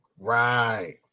Right